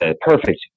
perfect